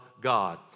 God